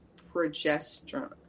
progesterone